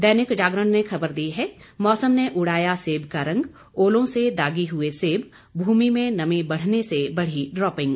दैनिक जागरण ने खबर दी है मौसम ने उड़ाया सेब का रंग ओलों से दागी हुए सेब भूमि में नमी बढ़ने से बढ़ी ड्रापिंग